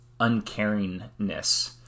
uncaringness